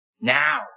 Now